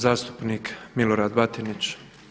Zastupnik Milorad Batinić.